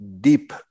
deep